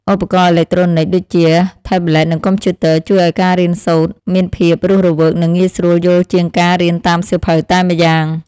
ឧបករណ៍អេឡិចត្រូនិចដូចជាថេប្លេតនិងកុំព្យូទ័រ ជួយឱ្យការរៀនសូត្រមានភាពរស់រវើកនិងងាយស្រួលយល់ជាងការរៀនតាមសៀវភៅតែម្យ៉ាង។